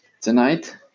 Tonight